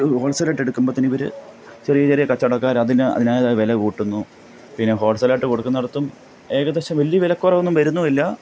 ഒരു ഹോൾ സെയ്ലായിട്ട് എടുക്കുമ്പോഴത്തേന് ഇവർ ചെറിയ ചെറിയ കച്ചവടക്കാരതിന് അതിൻ്റേതായ വില കൂട്ടുന്നു പിന്നെ ഹോൾ സെയിലായിട്ട് കൊടുക്കുന്നിടത്തും ഏകദേശം വലിയ വിലക്കുറവൊന്നും വരുന്നുമില്ല